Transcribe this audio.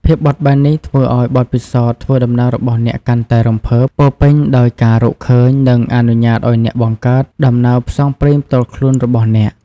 ភាពបត់បែននេះធ្វើឱ្យបទពិសោធន៍ធ្វើដំណើររបស់អ្នកកាន់តែរំភើប ពោរពេញដោយការរកឃើញ និងអនុញ្ញាតឱ្យអ្នកបង្កើតដំណើរផ្សងព្រេងផ្ទាល់ខ្លួនរបស់អ្នក។